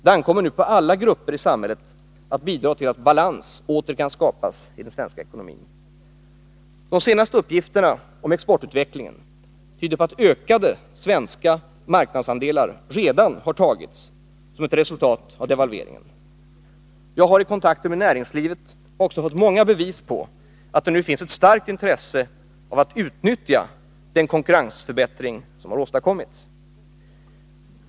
Det ankommer nu på alla grupper i samhället att bidra till att balans åter kan skapas i den svenska ekonomin. De senaste uppgifterna om exportutvecklingen tyder på att ökade svenska marknadsandelar redan har tagits som ett resultat av devalveringen. Jag har i kontakter med näringslivet också fått många bevis på att det nu finns ett starkt intresse av att utnytta den konkurrensförbättring som har åstadkommits.